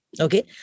Okay